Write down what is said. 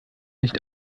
nicht